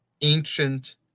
ancient